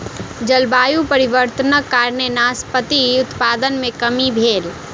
जलवायु परिवर्तनक कारणेँ नाशपाती उत्पादन मे कमी भेल